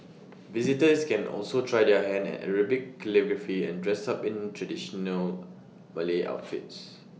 visitors can also try their hand at Arabic calligraphy and dress up in traditional Malay outfits